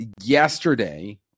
yesterday